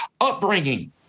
upbringing